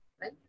Right